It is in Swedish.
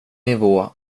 nivå